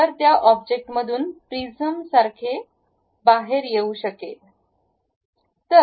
तर त्या ऑब्जेक्टमधून प्रिज्म बाहेर येऊ शकेल